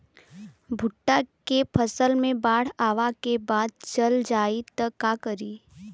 भुट्टा के फसल मे बाढ़ आवा के बाद चल जाई त का करी?